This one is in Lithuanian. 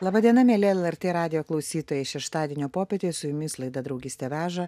laba diena mieli lrt radijo klausytojai šeštadienio popietėj su jumis laida draugystė veža